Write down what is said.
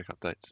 updates